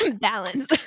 balance